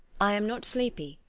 i am not sleepy,